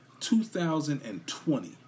2020